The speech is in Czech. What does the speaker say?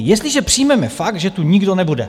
Jestliže přijmeme fakt, že tu nikdo nebude.